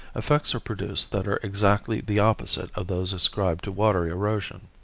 effects are produced that are exactly the opposite of those ascribed to water erosion.